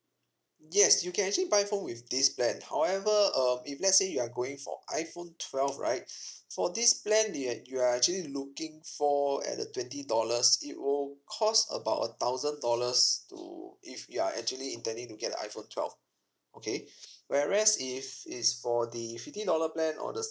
yes you can actually buy phone with this plan however um if let's say you are going for iphone twelve right for this plan the uh you are actually looking for at the twenty dollars it will cost about a thousand dollars to if you are actually intending to get a iphone twelve okay whereas if it's for the fifty dollar plan or the